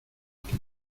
que